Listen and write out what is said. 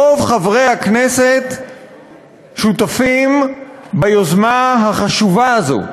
רוב חברי הכנסת שותפים ביוזמה החשובה הזאת,